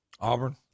Auburn